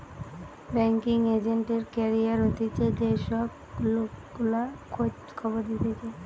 banking agent এর career হতিছে যে সব লোক গুলা খোঁজ খবর দিতেছে